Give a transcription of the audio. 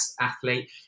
athlete